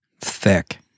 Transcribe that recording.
Thick